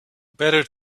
better